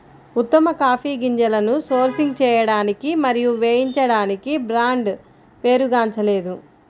ఉత్తమ కాఫీ గింజలను సోర్సింగ్ చేయడానికి మరియు వేయించడానికి బ్రాండ్ పేరుగాంచలేదు